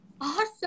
Awesome